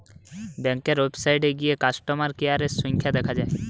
ব্যাংকের ওয়েবসাইটে গিয়ে কাস্টমার কেয়ারের সংখ্যা দেখা যায়